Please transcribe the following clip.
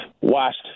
washed